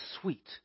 sweet